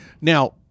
Now